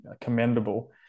commendable